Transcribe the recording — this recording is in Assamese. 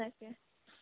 তাকে